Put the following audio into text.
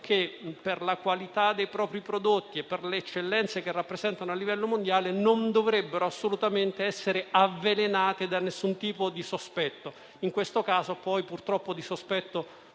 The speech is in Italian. che, per la qualità dei prodotti e per le eccellenze che rappresentano a livello mondiale, non dovrebbero essere assolutamente avvelenate da alcun tipo di sospetto. In questo caso, poi, purtroppo non si tratta